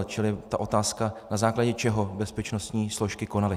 Čili ta otázka: na základě čeho bezpečnostní složky konaly.